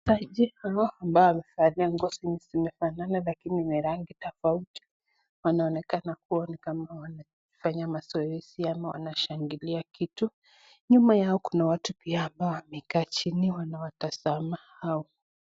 Wachezaji hao ambao wamevalia nguo zenye zimeanana lakini yenye rangi tofauti wanaonekana kuwa ni kama wanafanya mazoezi ama wanashangilia kitu. Nyuma yao kuna watu pia ambao wamekaa chini wanawatazama hao.